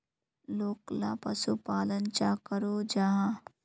लोकला पशुपालन चाँ करो जाहा?